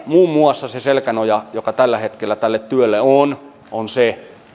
muun muassa se selkänoja joka tällä hetkellä tälle työlle on on se